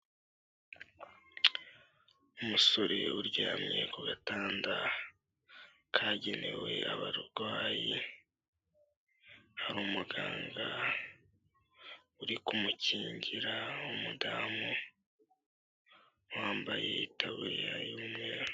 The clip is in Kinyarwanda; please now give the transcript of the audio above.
Umusore uryamye ku gatanda kagenewe abarwayi, hari umuganga uri kumukingira w'umudamu wambaye itaburiya y'umweru.